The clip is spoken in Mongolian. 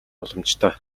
боломжтой